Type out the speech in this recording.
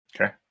Okay